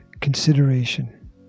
consideration